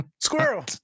Squirrel